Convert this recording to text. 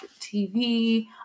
TV